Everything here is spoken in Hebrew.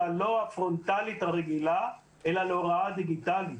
לא הפרונטלית הרגילה אלא להוראה דיגיטלית.